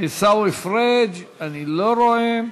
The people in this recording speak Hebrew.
עיסאווי פריג' אני לא רואה,